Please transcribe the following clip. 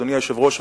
אדוני היושב-ראש,